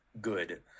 good